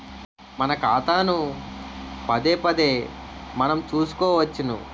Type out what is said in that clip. మన ఖాతాను పదేపదే మనం చూసుకోవచ్చును